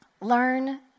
Learn